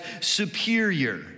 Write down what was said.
superior